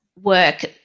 work